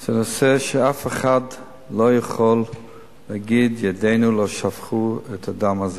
זה נושא שאף אחד לא יכול להגיד: ידינו לא שפכו את הדם הזה.